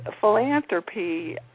philanthropy